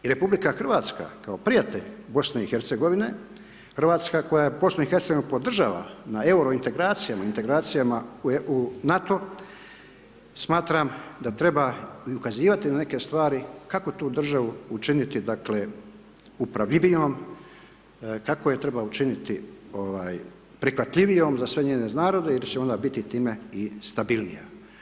I RH kao prijatelj BiH, RH koja BiH podržava na Euro integracijama, integracijama u NATO, smatram da treba i ukazivati na neke stvari kako tu državu učiniti, dakle, uporabivijom, kako je treba učiniti prihvatljivijom za sve njene narode, jer će onda biti time i stabilnija.